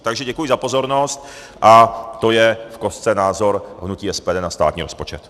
Takže děkuji za pozornost a to je v kostce názor hnutí SPD na státní rozpočet.